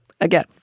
Again